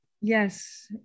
Yes